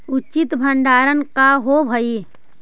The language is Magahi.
उचित भंडारण का होव हइ?